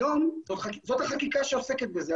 זאת החקיקה שעוסקת בזה.